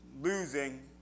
losing